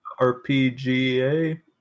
Rpga